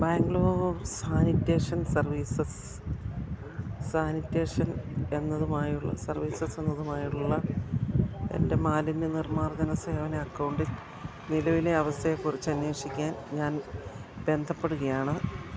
Bangalore sanitation services sanitation എന്നതുമായുള്ള സര്വീസസ്സെന്നതുമായുള്ള എൻ്റെ മാലിന്യ നിർമ്മാർജന സേവന അക്കൗണ്ടില് നിലവിലെ അവസ്ഥയേക്കുറിച്ചന്വേഷിക്കാൻ ഞാൻ ബന്ധപ്പെടുകയാണ്